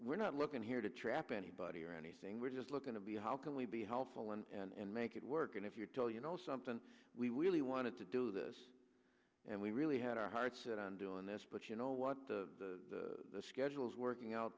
we're not looking here to trap anybody or anything we're just looking to be how can we be helpful and make it work and if you tell you know something we really wanted to do this and we really had our heart set on doing this but you know what the schedule is working out